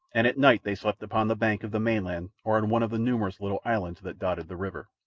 and at night they slept upon the bank of the mainland or on one of the numerous little islands that dotted the river.